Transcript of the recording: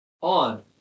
on